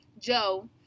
Joe